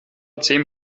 zehn